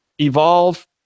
Evolve